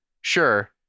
sure